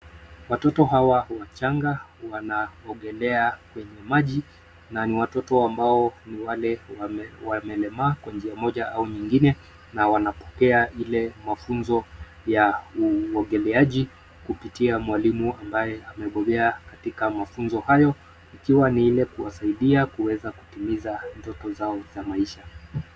Watoto hawa wachanga wanaogelea kwenye maji, na ni watoto ambao ni wale wamelemaa kwa njia moja ama nyingine na wanapokea ile mafunzo ya uogeleaji kupitia mwalimu ambaye amebombea katika mafunzo hayo, ikiwa ni ile kuwasaidia kuweza kutimiza ndoto zao za maisha.